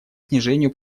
снижению